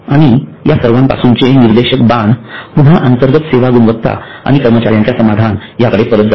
आणि या सर्वांपासूनचे निर्देशक बाण पुन्हा अंतर्गत सेवा गुणवत्ता आणि कर्मचार्यांच्या समाधान याकडे परत जातात